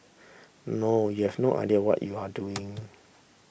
no you have no idea what you are doing